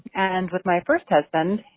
and with my first husband,